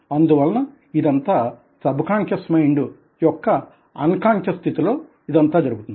అందువలన ఇదంతా subconscious mind యొక్క అన్ కాన్షస్ స్థితిలో ఇదంతా జరుగుతుంది